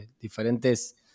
diferentes